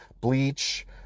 bleach